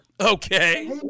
Okay